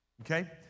Okay